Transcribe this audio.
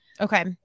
Okay